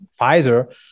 Pfizer